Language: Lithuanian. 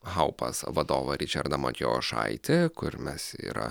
haupas vadovą ričardą matijošaitį kur mes yra